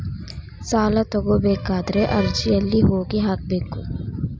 ಸಾಲ ತಗೋಬೇಕಾದ್ರೆ ಅರ್ಜಿ ಎಲ್ಲಿ ಹೋಗಿ ಹಾಕಬೇಕು?